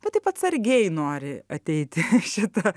bet taip atsargiai nori ateiti į šitą